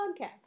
podcast